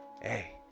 hey